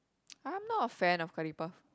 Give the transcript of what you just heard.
I'm not a fan of curry puff